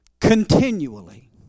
Continually